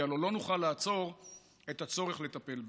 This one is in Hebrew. כי הלוא לא נוכל לעצור את הצורך לטפל בהם.